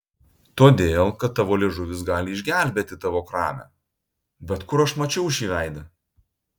todėl kad tavo liežuvis gali išgelbėti tavo kramę bet kur aš mačiau šį veidą